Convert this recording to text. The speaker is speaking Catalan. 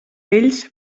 vells